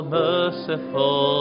merciful